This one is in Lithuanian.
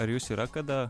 ar jus yra kada